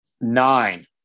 nine